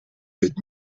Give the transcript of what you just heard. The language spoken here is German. mit